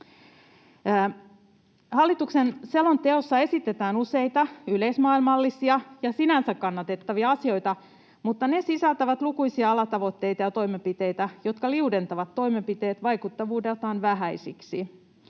Hallituksen selonteossa esitetään useita yleismaailmallisia ja sinänsä kannatettavia asioita, mutta ne sisältävät lukuisia alatavoitteita ja toimenpiteitä, jotka liudentavat toimenpiteet vaikuttavuudeltaan vähäisiksi.